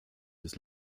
des